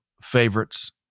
favorites